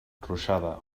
ruixada